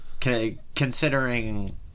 considering